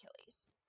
Achilles